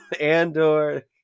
Andor